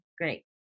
great